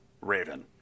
Raven